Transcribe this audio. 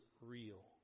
real